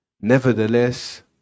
nevertheless